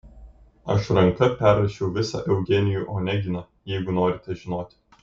aš ranka perrašiau visą eugenijų oneginą jeigu norite žinoti